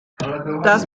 das